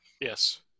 yes